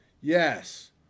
Yes